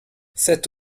c’est